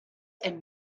and